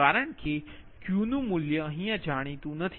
કારણ કે Q નુ મૂલ્ય અહીયા જણીતુ નથી